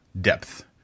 depth